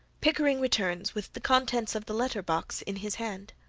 pickering returns, with the contents of the letter-box in his hand.